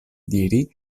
diri